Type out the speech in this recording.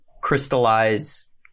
crystallize